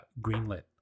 greenlit